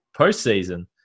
postseason